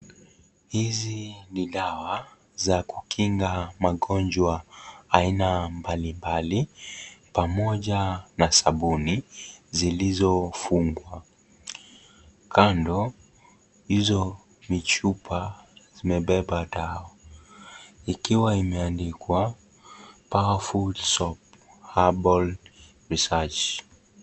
Hizi ni dawa, za kukinga magonjwa aina mbali mbali, pamoja na sabuni zilizo, fungwa, kando, hizo michupa, zimebeba dawa, ikiwa imeandikwa, (cs)powerful soap, herbal research(cs).